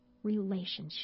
Relationship